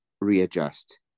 readjust